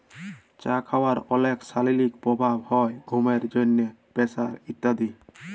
চা খাওয়ার অলেক শারীরিক প্রভাব হ্যয় ঘুমের জন্হে, প্রেসার ইত্যাদি